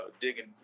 digging